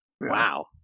Wow